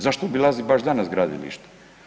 Zašto obilazi baš danas gradilište?